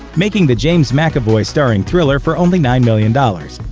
making the james mcavoy-starring thriller for only nine million dollars.